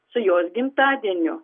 su jos gimtadieniu